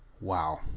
Wow